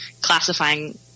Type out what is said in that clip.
classifying